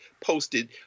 posted